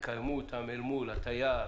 יקיימו אותם אל מול התייר.